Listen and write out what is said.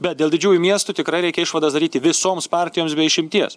bet dėl didžiųjų miestų tikrai reikia išvadas daryti visoms partijoms be išimties